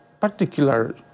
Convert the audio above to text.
particular